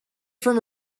from